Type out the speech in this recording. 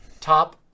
top